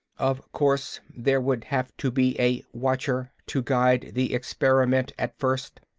of course, there would have to be a watcher to guide the experiment, at first.